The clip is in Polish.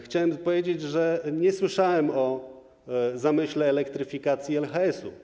Chciałbym powiedzieć, że nie słyszałem o zamyśle elektryfikacji LHS.